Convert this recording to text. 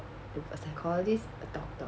a psychologist a doctor